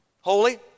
holy